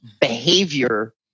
behavior